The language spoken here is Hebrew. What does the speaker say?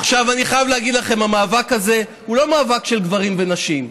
עכשיו אני חייב להגיד לכם: המאבק הזה הוא לא מאבק של גברים ונשים.